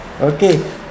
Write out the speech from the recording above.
Okay